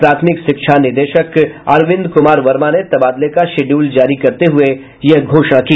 प्राथमिक शिक्षा निदेशक अरविंद कुमार वर्मा ने तबादले का शिड्यूल जारी करते हुए यह घोषणा की